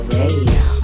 radio